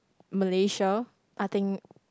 Malaysia I think